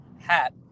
hat